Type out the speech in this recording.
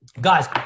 Guys